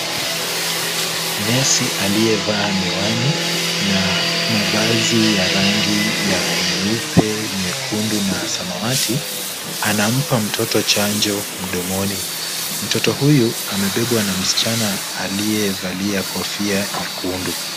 Nesi aliyevaa miwani na mavazi ya rangi ya nyeupe, nyekundu na samawati anampa mtoto chanjo mdomoni. Mtoto huyu amebebwa na msichana aliyevalia kofia nyekundu.